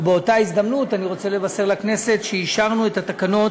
ובאותה הזדמנות אני רוצה לבשר לכנסת שאישרנו את התקנות